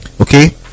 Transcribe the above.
okay